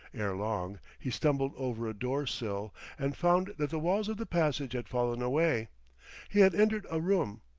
ere long he stumbled over a door-sill and found that the walls of the passage had fallen away he had entered a room,